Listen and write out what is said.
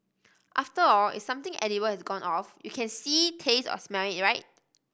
after all if something edible has gone off you can see taste or smell it right